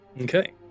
Okay